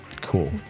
Cool